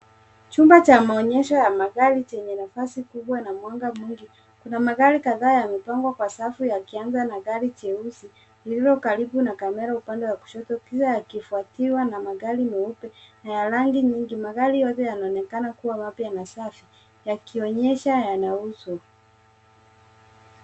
Chumba cha maonyesho ya magari chenye nafasi kubwa na mwanga mwingi. Kuna magari kadhaa yamepangwa kwa safu yakianza na gari jeusi lililo karibu na kamera upande wa kushoto, pia yakifwatiwa na magari meupe na ya rangi nyingi. Magari yote yanaonekana kuwa mapya na safi, yakionyesha yanauzwa.